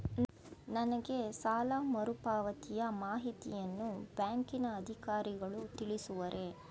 ನನಗೆ ಸಾಲ ಮರುಪಾವತಿಯ ಮಾಹಿತಿಯನ್ನು ಬ್ಯಾಂಕಿನ ಅಧಿಕಾರಿಗಳು ತಿಳಿಸುವರೇ?